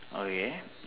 okay